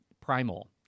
primal